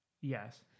Yes